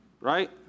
right